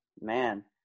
man